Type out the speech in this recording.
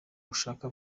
gushaka